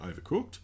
overcooked